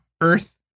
earth